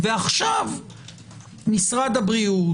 ועכשיו משרד הבריאות,